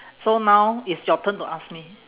so now it's your turn to ask me